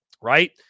right